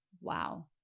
Wow